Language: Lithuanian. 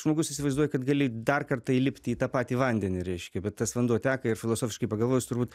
žmogus įsivaizduoji kad gali dar kartą įlipti į tą patį vandenį reiškia bet tas vanduo teka ir filosofiškai pagalvojus turbūt